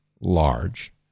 large